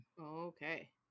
okay